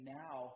now